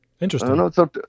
Interesting